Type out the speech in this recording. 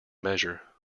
measure